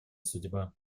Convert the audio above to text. судьба